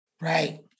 right